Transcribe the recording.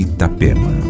Itapema